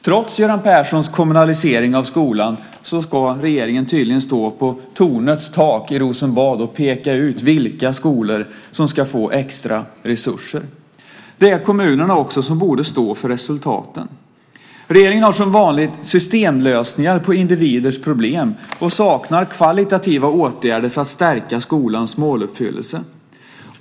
Trots Göran Perssons kommunalisering av skolan ska regeringen tydligen stå på tornets tak i Rosenbad och peka ut vilka skolor som ska få extra resurser. Det är också kommunerna som borde stå för resultaten. Regeringen har som vanligt systemlösningar på individers problem och saknar kvalitativa åtgärder för att stärka skolans måluppfyllelse.